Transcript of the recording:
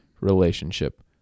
relationship